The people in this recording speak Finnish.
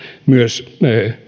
myös